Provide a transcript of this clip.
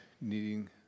needing